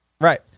Right